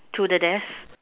to the desk